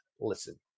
listen